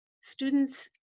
students